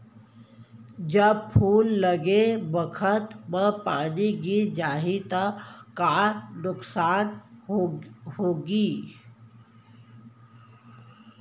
जब फूल लगे बखत म पानी गिर जाही त का नुकसान होगी?